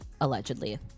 allegedly